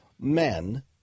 men